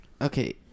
Okay